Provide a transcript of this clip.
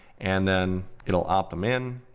and then it'll opt them in.